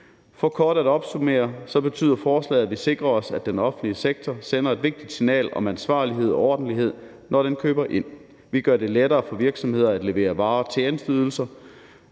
For kort at opsummere betyder forslaget, at vi sikrer os, at den offentlige sektor sender et vigtigt signal om ansvarlighed og ordentlighed, når den køber ind. Vi gør det lettere for virksomheder at levere varer og tjenesteydelser,